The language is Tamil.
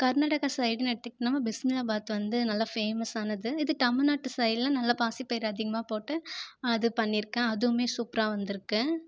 கர்நாடக சைடுனு எடுத்துகிட்டீங்ன்னா பிஸ்மில்லா பாத் வந்து நல்லா ஃபேமஸ் ஆனது இது தமிழ்நாட்டு சைடில் நல்லா பாசி பயிறு அதிகமாக போட்டு அது பண்ணிருக்க அதுவுமே சூப்பராக வந்துருக்குது